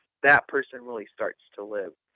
that person really starts to live.